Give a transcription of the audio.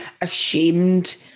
ashamed